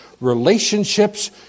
relationships